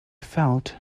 felt